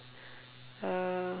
uh